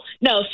No